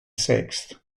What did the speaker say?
sixth